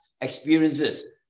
experiences